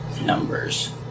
numbers